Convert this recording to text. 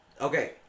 Okay